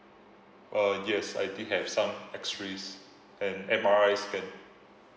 uh yes I did have some X-rays and M_R_I scan